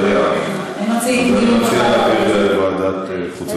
אני מציע להעביר את זה לוועדת חוץ וביטחון.